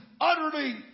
utterly